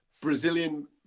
Brazilian